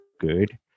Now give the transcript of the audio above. good